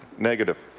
negative,